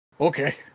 okay